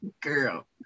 girl